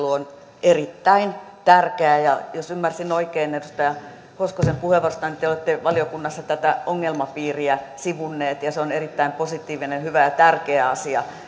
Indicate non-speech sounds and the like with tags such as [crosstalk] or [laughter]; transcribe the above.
[unintelligible] on erittäin tärkeää ja jos ymmärsin oikein edustaja hoskosen puheenvuorosta niin te olette valiokunnassa tätä ongelmapiiriä sivunneet ja se on erittäin positiivinen hyvä ja tärkeä asia nyt